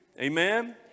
Amen